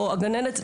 או הגננת,